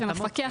שמפקח,